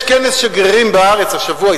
יש כנס שגרירים בארץ השבוע,